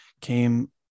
came